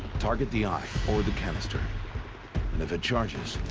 target the eye. or the cannister. and if it charges.